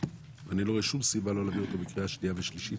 ואני לא רואה שום סיבה להעביר אותו בקריאה שנייה ושלישית.